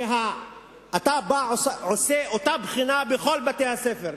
שאתה עושה אותה בחינה בכל בתי-הספר,